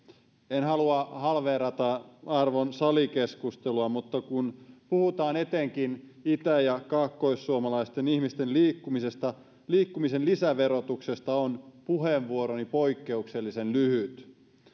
en halua halveerata arvon salikeskustelua mutta kun puhutaan etenkin itä ja kaakkoissuomalaisten ihmisten liikkumisesta ja liikkumisen lisäverotuksesta on puheenvuoroni poikkeuksellisen lyhyt